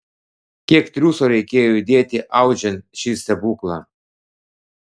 kiek triūso reikėjo įdėti audžiant šį stebuklą